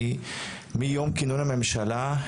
מיום כינון הממשלה,